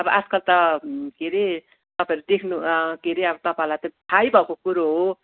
अब आजकल त के हरे तपाईँहरू देख्नु के हरे अब तपाईँहरूलाई त थाहै भएको कुरो हो